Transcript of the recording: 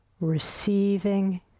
Receiving